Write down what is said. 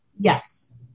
Yes